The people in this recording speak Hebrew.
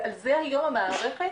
ועל זה היום המערכת